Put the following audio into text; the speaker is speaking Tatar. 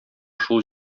шул